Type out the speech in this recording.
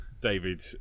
David